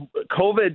COVID